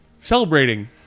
celebrating